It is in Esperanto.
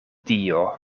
dio